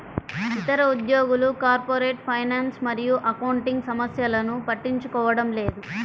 ఇతర ఉద్యోగులు corporate finance మరియు అకౌంటింగ్ సమస్యలను పట్టించుకోవడం లేదు